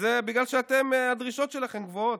וזה בגלל שהדרישות שלכם גבוהות.